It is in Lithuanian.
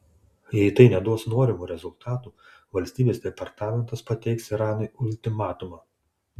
jei tai neduos norimų rezultatų valstybės departamentas pateiks iranui ultimatumą